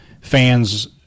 fans